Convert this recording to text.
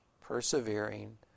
persevering